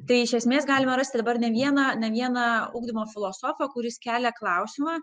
tai iš esmės galima rasti dabar ne vieną ne vieną ugdymo filosofą kuris kelia klausimą